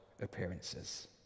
appearances